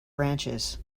branches